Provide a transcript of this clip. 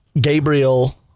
Gabriel